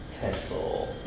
pencil